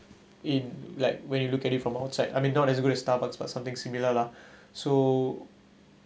in like when you look at it from outside I mean not as good as starbucks but something similar lah so